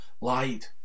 lied